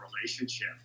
relationship